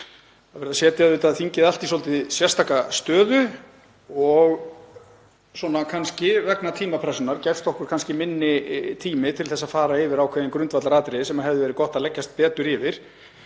er verið að setja þingið allt í svolítið sérstaka stöðu og vegna tímapressunnar gefst okkur kannski minni tími til að fara yfir ákveðin grundvallaratriði sem hefði verið gott að leggjast betur yfir.